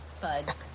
bud